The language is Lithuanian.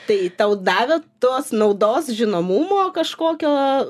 tai tau davė tos naudos žinomumo kažkokio